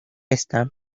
esta